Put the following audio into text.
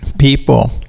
People